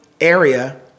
area